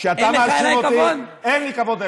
כשאתה מאשים אותי, אין לך כבוד אליי?